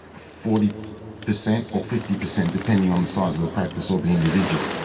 forty percent or fifty percent depending on the size of the practice or the individual.